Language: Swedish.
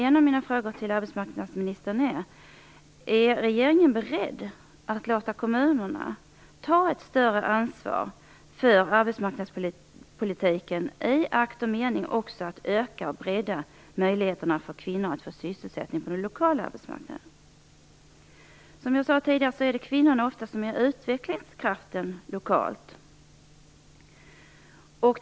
En av mina frågor till arbetsmarknadsministern är denna: Är regeringen beredd att låta kommunerna ta ett större ansvar för arbetsmarknadspolitiken i akt och mening att öka och bredda möjligheterna för kvinnor att få sysselsättning på den lokala arbetsmarknaden? Som jag sade tidigare, är det oftast kvinnorna som är utvecklingskraften på lokal nivå.